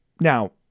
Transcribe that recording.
Now